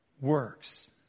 works